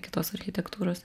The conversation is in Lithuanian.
kitos architektūros